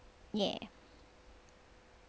ya